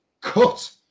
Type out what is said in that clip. cut